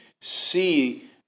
see